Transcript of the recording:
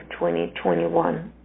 2021